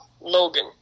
Logan